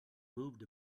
moved